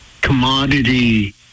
commodity